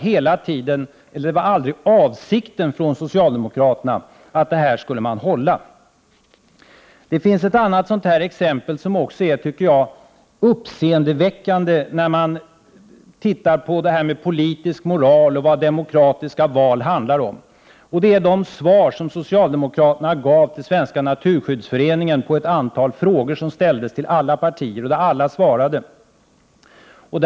Det var aldrig socialdemokraternas avsikt att hålla dessa löften. Det finns ett annat sådant här exempel, som jag också tycker är uppseendeväckande när man tänker på vad politisk moral och demokratiska val handlar om. Det är det svar som socialdemokraterna gav Svenska naturskyddsföreningen på ett antal frågor, som ställdes till alla partier och som alla svarade på.